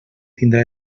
tindrà